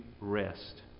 rest